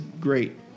great